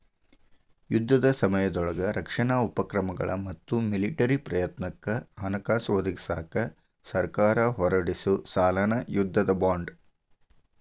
ಯುದ್ಧದ ಸಮಯದೊಳಗ ರಕ್ಷಣಾ ಉಪಕ್ರಮಗಳ ಮತ್ತ ಮಿಲಿಟರಿ ಪ್ರಯತ್ನಕ್ಕ ಹಣಕಾಸ ಒದಗಿಸಕ ಸರ್ಕಾರ ಹೊರಡಿಸೊ ಸಾಲನ ಯುದ್ಧದ ಬಾಂಡ್